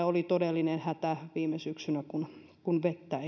oli todellinen hätä viime syksynä kun kun vettä